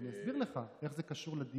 אני אסביר לך איך זה קשור לדיון.